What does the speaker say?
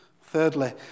Thirdly